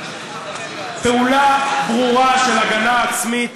פעולה ברורה של הגנה עצמית